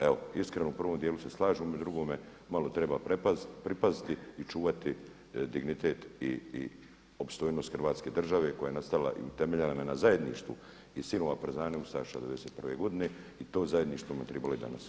Evo iskreno u prvom djelu se slažem, u drugome malo treba pripaziti i čuvati dignitet i opstojnost Hrvatske države koja je nastala i temeljena na zajedništvo i silama … ustaša 91. godine i to zajedništvo nam treba i danas.